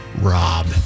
Rob